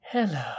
Hello